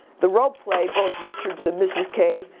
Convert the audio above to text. the rope play, both richard's and mrs. k's,